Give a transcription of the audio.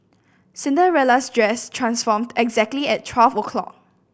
Cinderella's dress transformed exactly at twelve o' clock